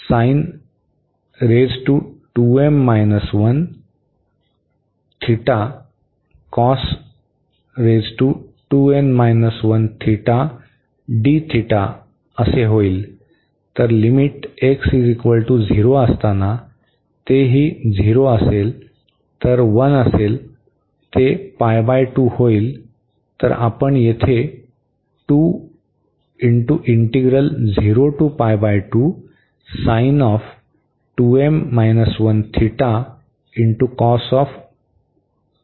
तर limit x 0 असताना तर तेही 0 असेल तर 1 असेल तर ते होईल